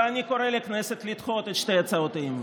אני קורא לכנסת לדחות את שתי הצעות האי-אמון.